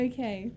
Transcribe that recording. Okay